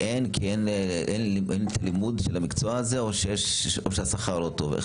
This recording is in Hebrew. כי אין לימוד של המקצוע הזה או שהשכר לא טוב?